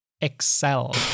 Excel